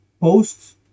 posts